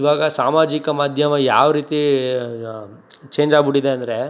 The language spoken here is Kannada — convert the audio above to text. ಇವಾಗ ಸಾಮಾಜಿಕ ಮಾಧ್ಯಮ ಯಾವ ರೀತಿ ಚೇಂಜ್ ಆಗ್ಬಿಟ್ಟಿದೆ ಅಂದರೆ